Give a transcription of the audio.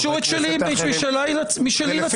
ביקשו משלי לצאת.